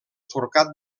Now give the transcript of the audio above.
forcat